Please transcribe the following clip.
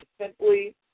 simply